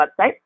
website